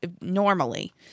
normally